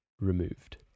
removed